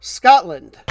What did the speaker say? scotland